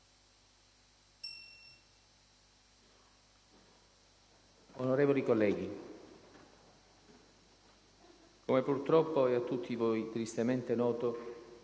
Onorevoli colleghi, come purtroppo è tristemente noto,